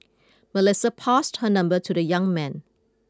Melissa passed her number to the young man